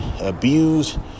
abused